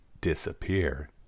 disappear